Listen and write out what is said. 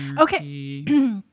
Okay